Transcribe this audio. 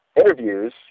interviews